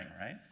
right